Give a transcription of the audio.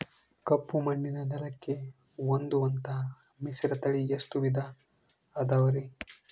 ಕಪ್ಪುಮಣ್ಣಿನ ನೆಲಕ್ಕೆ ಹೊಂದುವಂಥ ಮಿಶ್ರತಳಿ ಎಷ್ಟು ವಿಧ ಅದವರಿ?